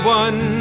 one